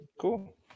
Cool